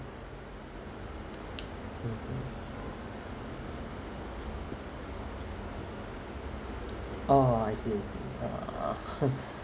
mmhmm oh I see I see !huh!